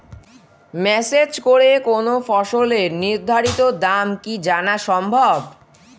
Message করে কোন ফসলের নির্ধারিত দাম কি জানা সম্ভব?